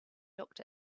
looked